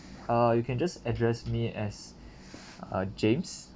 uh you can just address me as uh james